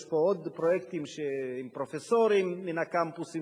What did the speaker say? יש פה עוד פרויקטים עם פרופסורים מן הקמפוסים,